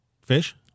Fish